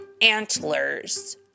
antlers